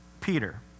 Peter